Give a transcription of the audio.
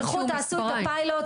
תלכו, תעשו את הפיילוט.